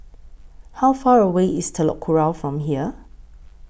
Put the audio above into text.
How Far away IS Telok Kurau from here